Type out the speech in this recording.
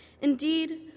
Indeed